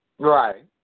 Right